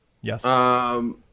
Yes